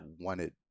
wanted